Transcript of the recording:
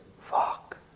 fuck